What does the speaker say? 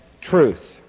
truth